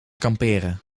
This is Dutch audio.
kamperen